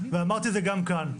ואמרתי את זה גם כאן,